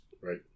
Right